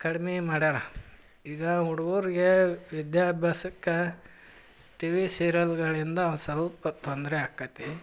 ಕಡ್ಮೆ ಮಾಡ್ಯಾರ ಈಗ ಹುಡುಗುರ್ಗೆ ವಿದ್ಯಾಭ್ಯಾಸಕ್ಕೆ ಟಿವಿ ಸೀರಿಯಲ್ಗಳಿಂದ ಒಂದು ಸ್ವಲ್ಪ ತೊಂದರೆ ಆಕ್ಕತ್ತಿ